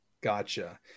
Gotcha